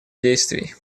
действий